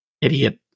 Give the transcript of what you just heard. idiot